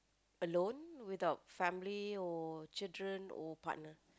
alone without family or children or partner